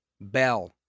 Bell